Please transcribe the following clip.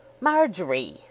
Marjorie